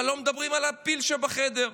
אבל לא מדברים על הפיל שבחדר,